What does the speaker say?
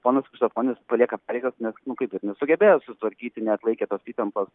ponas kištaponis palieka pareigas nes nu kaip ir nesugebėjo sutvarkyti neatlaikė tos įtampos